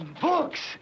books